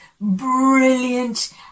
brilliant